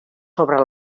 sobre